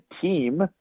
team